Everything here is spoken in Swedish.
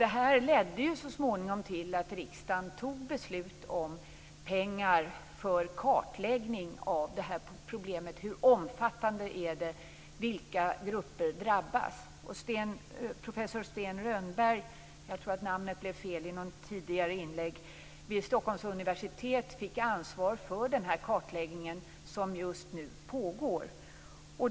Detta ledde så småningom till att riksdagen beslutade att anslå pengar för kartläggning av problemet. Hur omfattande är det, och vilka grupper drabbas? Professor Sten Rönnberg vid Stockholms universitet fick ta ansvar för denna kartläggning, som just nu pågår.